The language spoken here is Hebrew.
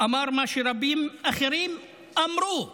אמר את מה שרבים אחרים אמרו ואומרים.